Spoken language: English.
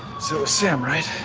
so sam, right?